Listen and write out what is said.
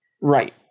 Right